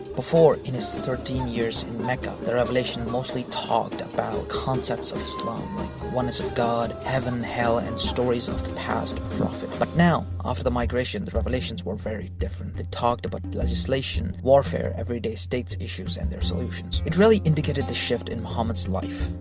before, in his thirteen years in mecca, the revelation mostly talked about concepts of islam like oneness of god, heaven hell and stories of the past prophets but now, after the migration, the revelations were very different. they talked about legislation, warfare, every day states issues and their solutions. it really indicated the shift in muhammad's life.